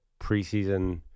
preseason